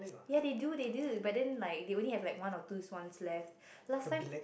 ya they do they do but then like they only like one or two swans left last time